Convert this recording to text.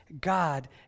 God